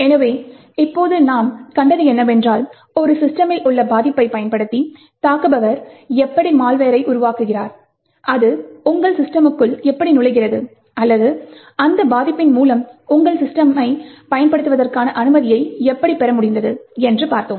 எனவே இப்போது நாம் கண்டது என்னவென்றால் ஒரு சிஸ்டமில் உள்ள பாதிப்பை பயன்படுத்தி தாக்குபவர் எப்படி மால்வெர்ரை உருவாக்குகிறார் அது உங்கள் சிஸ்டமுக்குள் எப்படி நுழைகிறது அல்லது அந்த பாதிப்பின் மூலம் உங்கள் சிஸ்டமை பயன்படுத்துவதற்கான அனுமதியை எப்படி பெற முடிந்தது என்று பார்த்தோம்